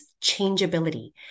changeability